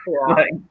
right